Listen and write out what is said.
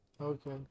Okay